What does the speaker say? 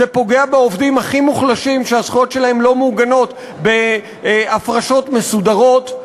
זה פוגע בעובדים הכי מוחלשים שהזכויות שלהם לא מעוגנות בהפרשות מסודרות,